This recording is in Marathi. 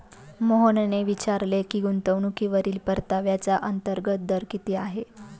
मोहनने विचारले की गुंतवणूकीवरील परताव्याचा अंतर्गत दर किती आहे?